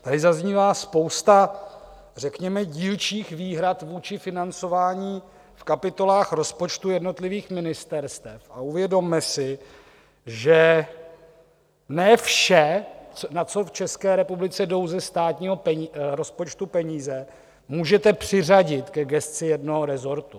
Tady zaznívá spousta řekněme dílčích výhrad vůči financování v kapitolách rozpočtu jednotlivých ministerstev a uvědomme si, že ne vše, na co v České republice jdou ze státního rozpočtu peníze, můžete přiřadit ke gesci jednoho resortu.